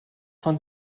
von